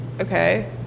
okay